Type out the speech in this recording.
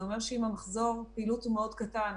זה אומר שאם מחזור הפעילות הוא מאוד קטן,